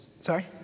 sorry